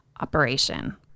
operation